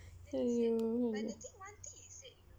oh